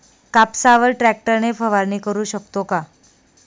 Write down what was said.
कापसावर ट्रॅक्टर ने फवारणी करु शकतो का?